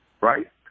right